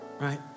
right